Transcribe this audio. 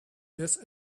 this